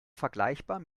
vergleichbar